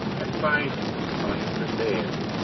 and find you unprepared,